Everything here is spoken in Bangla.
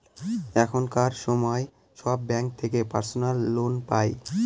এখনকার সময় সব ব্যাঙ্ক থেকে পার্সোনাল লোন পাই